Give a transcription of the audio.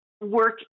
work